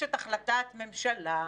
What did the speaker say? נדרשת החלטת ממשלה.